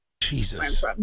jesus